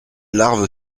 larve